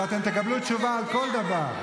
ואתם תקבלו תשובה על כל דבר,